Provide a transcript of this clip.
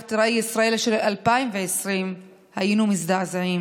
מוטב מלכתחילה שלא היו מגישים אותו ושהממשלה לא הייתה מגישה אותו.